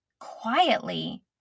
quietly